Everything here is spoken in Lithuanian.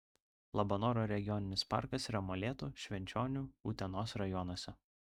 labanoro regioninis parkas yra molėtų švenčionių utenos rajonuose